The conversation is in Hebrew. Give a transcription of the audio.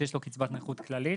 שיש לו קצבת נכות כללית,